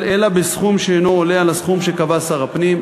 אלא בסכום שאינו עולה על הסכום שקבע שר הפנים.